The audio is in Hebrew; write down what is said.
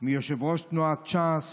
מיושב-ראש תנועת ש"ס,